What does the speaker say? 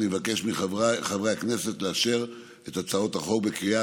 ואני מבקש מחברי הכנסת לאשר את הצעות החוק בקריאה